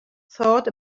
thought